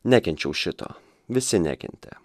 nekenčiau šito visi nekentė